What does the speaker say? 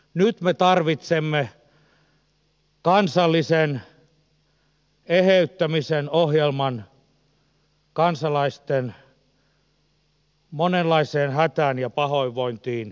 nyt me tarvitsemme kansallisen eheyttämisen ohjelman kansalaisten monenlaiseen hätään ja pahoinvointiin liittyen